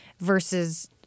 versus